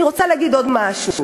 אני רוצה להגיד עוד משהו,